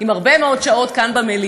עם הרבה מאוד שעות כאן,